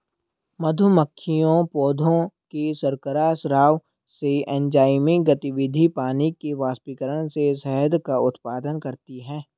मधुमक्खियां पौधों के शर्करा स्राव से, एंजाइमी गतिविधि, पानी के वाष्पीकरण से शहद का उत्पादन करती हैं